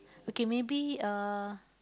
okay maybe uh